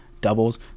doubles